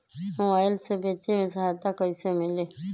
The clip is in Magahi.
मोबाईल से बेचे में सहायता कईसे मिली?